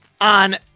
on